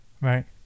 Right